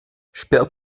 sperrt